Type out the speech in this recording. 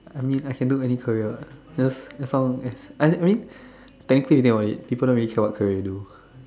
I mean I can do any career just as long as I mean technically people don't really care what career you do